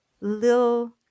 little